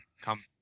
come